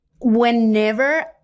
Whenever